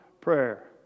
prayer